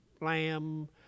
lamb